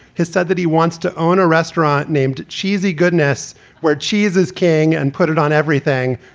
has said that he wants to own a restaurant named cheesy goodness where cheese is king and put it on everything.